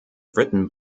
written